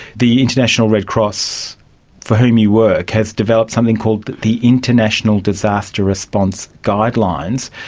the international red cross for whom you work has developed something called the international disaster response guidelines.